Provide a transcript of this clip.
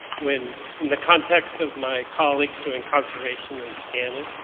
when in the context of my colleagues doing conservation and scanning,